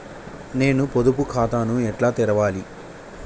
నేను పొదుపు ఖాతాను ఎట్లా తెరవాలి?